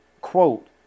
quote